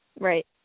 right